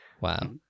Wow